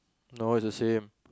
no is the same